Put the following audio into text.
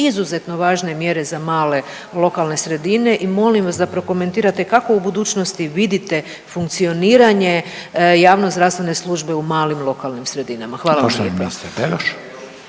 izuzetno važne mjere za male lokalne sredine. I molim vas da prokomentirate kako u budućnosti vidite funkcioniranje javnozdravstvene službe u malim lokalnim sredinama. Hvala vam